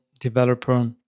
developer